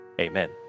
amen